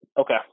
Okay